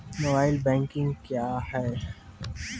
Mobile banking क्या हैं?